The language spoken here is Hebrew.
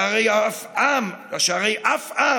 שהרי אף עם